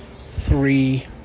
three